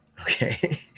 Okay